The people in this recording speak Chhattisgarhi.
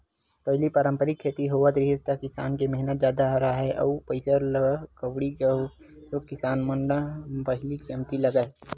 पहिली पारंपरिक खेती होवत रिहिस त किसान के मेहनत जादा राहय अउ पइसा कउड़ी घलोक किसान मन न पहिली कमती लगय